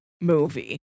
movie